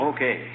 Okay